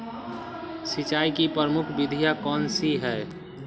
सिंचाई की प्रमुख विधियां कौन कौन सी है?